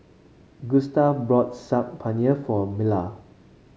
Gustave bought Saag Paneer for Mila